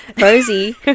Rosie